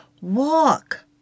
walk